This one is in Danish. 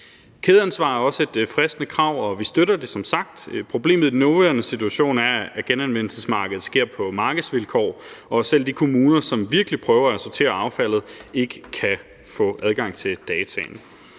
Kædeansvar er også et fristende krav, og vi støtter det som sagt. Problemet i den nuværende situation er, at genanvendelsesmarkedet sker på markedsvilkår, og at selv de kommuner, som virkelig prøver at sortere affaldet, ikke kan få adgang til dataen.